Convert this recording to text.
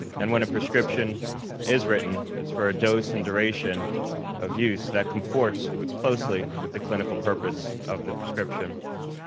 and when a prescription is written, it's for a dose and duration of use that comports closely with the clinical purpose of the prescription.